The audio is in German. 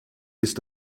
ist